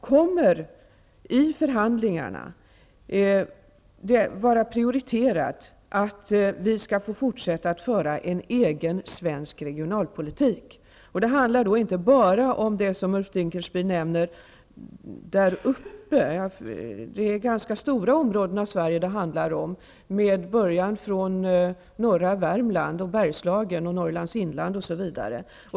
Kommer i förhandlingarna frågan om att Sverige skall få fortsätta att föra en egen svensk regionalpolitik att vara prioriterad? Det handlar inte bara om vad Ulf Dinkelspiel kallar ''där uppe''. Det är fråga om stora områden i Bergslagen och Norrlands inland osv.